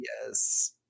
Yes